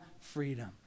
freedom